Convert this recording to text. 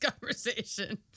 conversation